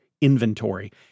Inventory